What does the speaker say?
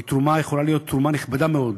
היא יכולה להיות תרומה נכבדה מאוד